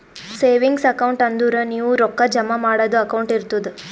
savings account ಅಂದುರ್ ನೀವು ರೊಕ್ಕಾ ಜಮಾ ಮಾಡದು ಅಕೌಂಟ್ ಇರ್ತುದ್